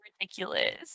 Ridiculous